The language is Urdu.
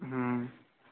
ہوں